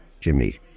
Jimmy